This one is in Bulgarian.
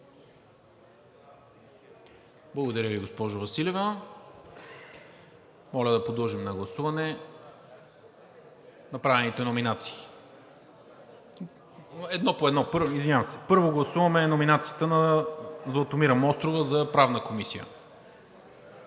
Благодаря Ви, госпожо Василева. Подлагам на гласуване направените номинации. Първо гласуваме номинацията на Златомира Мострова за Правната комисия.